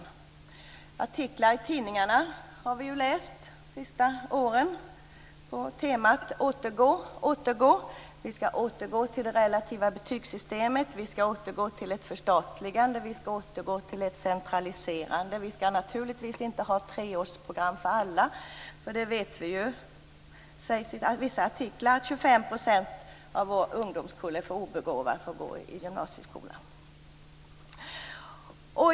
Vi har under de senaste åren i tidningarna läst artiklar på temat att man bör återgå. Man skall återgå till det relativa betygssystemet, återgå till ett förstatligande och återgå till en centralisering. Man skall naturligtvis inte ha treårsprogram för alla. Det sägs i vissa artiklar att 25 % av våra ungdomar skulle vara för obegåvade för att gå i gymnasieskolan.